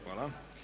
Hvala.